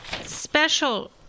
special